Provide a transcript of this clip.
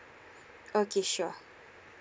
okay sure